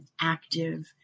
active